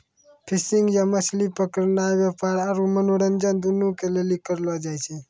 fishing या मछली पकड़नाय व्यापार आरु मनोरंजन दुनू के लेली करलो जाय छै